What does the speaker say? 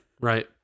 right